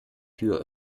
tür